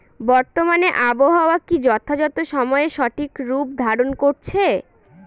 বর্তমানে আবহাওয়া কি যথাযথ সময়ে সঠিক রূপ ধারণ করছে?